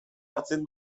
hartzen